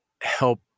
help